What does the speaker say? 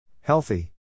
Healthy